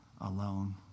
alone